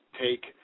take